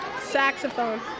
Saxophone